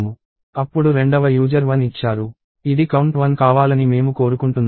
అప్పుడు రెండవ యూజర్ 1 ఇచ్చారు ఇది కౌంట్ 1 కావాలని మేము కోరుకుంటున్నాము